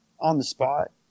on-the-spot